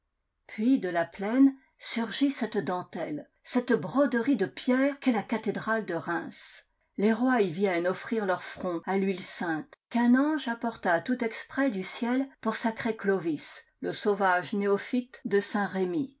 puis de la plaine surgit cette dentelle cette broderie de pierre qu'est la cathédrale de reims les rois y viennent offrir leur front à l'huile sainte qu'un ange apporta tout exprès du ciel pour sacrer clovis le sauvage néophyte de